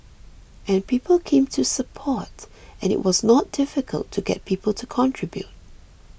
and people came to support and it was not difficult to get people to contribute